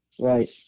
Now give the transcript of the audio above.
Right